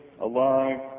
alive